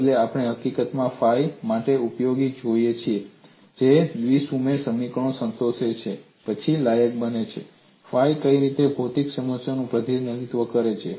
આપણે હકીકતમાં ફાઈ માટે ઉમેદવારોને જોઈએ છીએ જે દ્વિ સુમેળ સમીકરણને સંતોષે છે પછી લાયક બને છે આ ફાઈ કઈ ભૌતિક સમસ્યાનું પ્રતિનિધિત્વ કરે છે